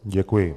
Děkuji.